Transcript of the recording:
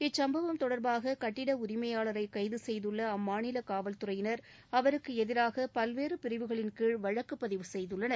இச்சுப்பவம் தொடர்பாக கட்டிட உரிமையாளரை கைது செய்துள்ள அம்மாநில காவல் துறையினர் அவருக்கு எதிராக பல்வேறு பிரிவுகளின்கீழ் வழக்கு பதிவு செய்துள்ளனர்